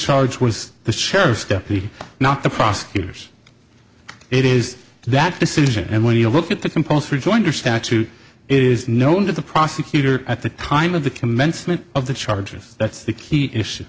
charge was the sheriff's deputy not the prosecutor's it is that decision and when you look at the compulsory joinder statute is known to the prosecutor at the time of the commencement of the charges that's the key issue